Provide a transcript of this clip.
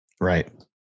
right